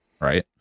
right